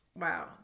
Wow